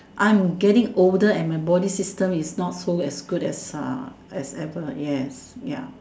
I'm getting older and my body system is not so as good as as ever ya ya